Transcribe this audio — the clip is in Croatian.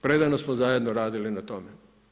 Predano smo zajedno radili na tome.